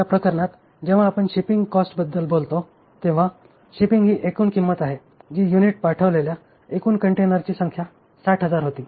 या प्रकरणात जेव्हा आपण शिपिंग कॉस्टबद्दल बोलतो तेव्हा शिपिंग ही एकूण रक्कम आहे जी युनिट पाठविलेल्या एकूण कंटेनरची संख्या 60000 होती